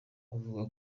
avuga